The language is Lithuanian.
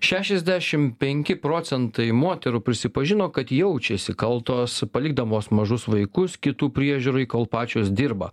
šešiasdešim penki procentai moterų prisipažino kad jaučiasi kaltos palikdamos mažus vaikus kitų priežiūrai kol pačios dirba